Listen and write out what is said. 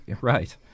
Right